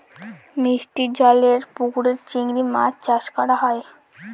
মিষ্টি জলেরর পুকুরে চিংড়ি মাছ চাষ করা হয়